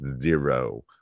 zero